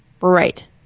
Right